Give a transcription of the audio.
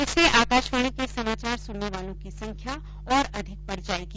इससे आकाशवाणी के समाचार सुनने वालों की संख्या और अधिक बढ़ जाएगी